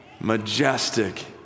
majestic